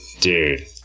dude